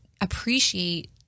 appreciate